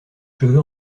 cheveux